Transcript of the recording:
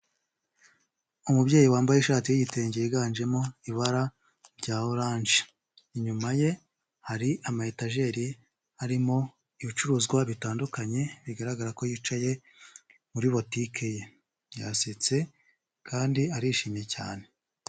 Umubyeyi wambaye ishati y'igitenge yiganjemo ibara rya oranje, inyuma ye hari ama etajeri harimo ibicuruzwa bitandukanye, bigaragara ko yicaye muri botike ye yasetse kandi arishimye cyane.